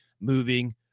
moving